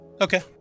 Okay